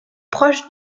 proche